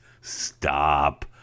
stop